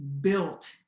built